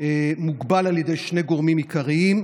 מוגבל על ידי שני גורמים עיקריים: